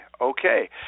Okay